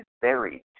buried